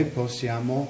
possiamo